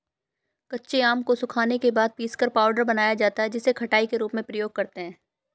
कच्चे आम को सुखाने के बाद पीसकर पाउडर बनाया जाता है जिसे खटाई के रूप में प्रयोग करते है